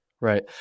Right